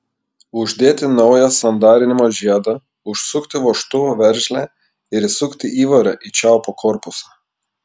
uždėti naują sandarinimo žiedą užsukti vožtuvo veržlę ir įsukti įvorę į čiaupo korpusą